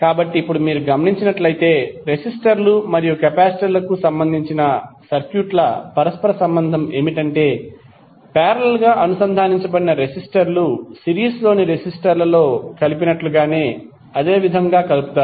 కాబట్టి ఇప్పుడు మీరు గమనించినట్లయితే రెసిస్టర్లు మరియు కెపాసిటర్లకు సంబంధించిన సర్క్యూట్ల పరస్పర సంబంధం ఏమిటంటే పారేలల్ గా అనుసంధానించబడిన రెసిస్టర్లు సిరీస్లోని రెసిస్టర్లలో కలిపినట్లుగానే అదేవిధముగా కలుపుతారు